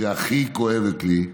שהכי כואבת לי?